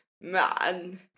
man